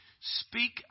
speak